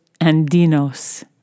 Andinos